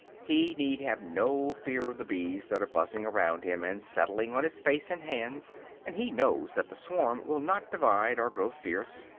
he need have no fear of the bees that are buzzing around him, and settling on his face and hands and he knows that the swarm will not divide, or grow fierce,